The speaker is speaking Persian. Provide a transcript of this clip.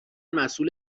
مسئول